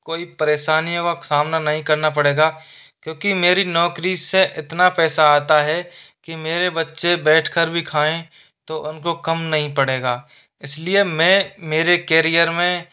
कोई परेशानियों का सामना नहीं करना पड़ेगा क्योंकि मेरी नौकरी से इतना पैसा आता है कि मेरे बच्चे बैठ कर भी खाएं तो उनको कम नहीं पड़ेगा इसलिए अब मैं मेरे केरिएर में